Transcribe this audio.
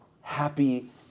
happy